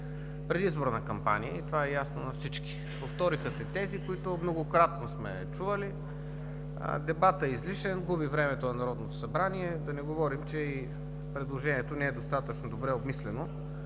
предизборна кампания – това е явно за всички. Повториха се тези, които многократно сме чували. Дебатът е излишен, губи времето на Народното събрание, да не говорим, че и предложението не е достатъчно добре обмислено,